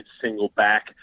single-back